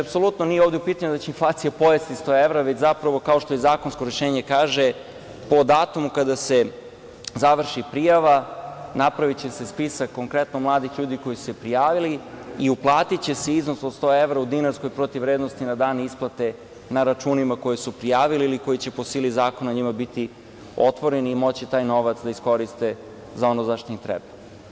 Apsolutno ovde nije u pitanju da će inflacija pojesti 100 evra, već zapravo, kao što zakonsko rešenje kaže, po datumu kada se završi prijava napraviće se spisak konkretno mladih ljudi koji su se prijavili i uplatiće se iznos od 100 evra u dinarskoj protiv vrednosti na dan isplate na računima koji su prijavili ili koji će po sili zakona njima biti otvoreni i moći taj novac da iskoriste za ono za šta im treba.